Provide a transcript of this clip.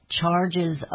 charges